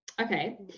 Okay